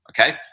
Okay